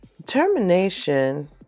Determination